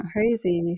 Crazy